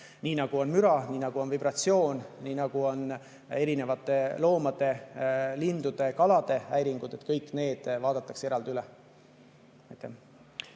nii nagu on müra, nii nagu on vibratsioon, nii nagu on erinevate loomade, lindude, kalade häirimine. Kõik need vaadatakse eraldi üle.